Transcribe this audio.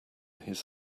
his